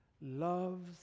loves